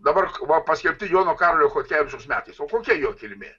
dabar va paskelbti jono karolio chodkevičiaus metais o kokia jo kilmė